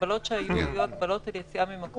ההגבלות שהיו, היו הגבלות על יציאה ממקום